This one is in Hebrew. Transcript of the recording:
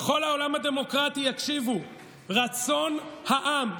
בכל העולם הדמוקרטי יקשיבו: רצון העם,